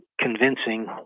convincing